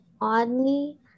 oddly